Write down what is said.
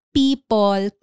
people